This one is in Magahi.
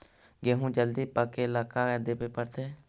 गेहूं जल्दी पके ल का देबे पड़तै?